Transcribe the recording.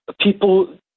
people